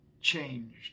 changed